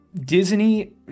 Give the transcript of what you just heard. Disney